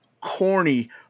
corny